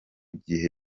gihe